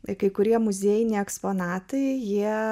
vaikai kurie muziejiniai eksponatai jie